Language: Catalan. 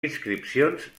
inscripcions